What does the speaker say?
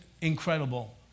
Incredible